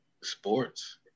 sports